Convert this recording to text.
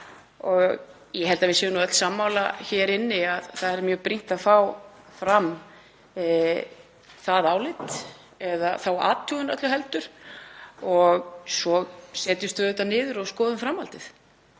dag. Ég held að við séum öll sammála hér inni um að það er mjög brýnt að fá fram það álit, eða þá athugun öllu heldur, og svo setjumst við auðvitað niður og skoðum framhaldið.